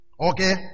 Okay